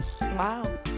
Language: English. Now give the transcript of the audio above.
Wow